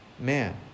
Man